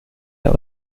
der